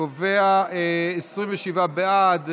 27 בעד,